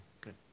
Good